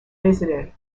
visited